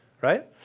Right